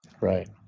Right